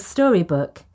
Storybook